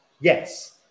Yes